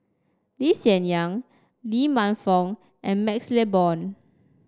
Lee Hsien Yang Lee Man Fong and MaxLe Blond